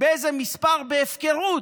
באיזה מספר, בהפקרות.